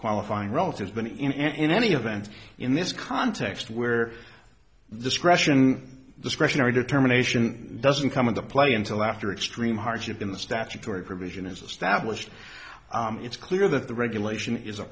qualifying relative been in any event in this context where discretion discretionary determination doesn't come into play until after extreme hardship in the statutory provision is established it's clear that the regulation is a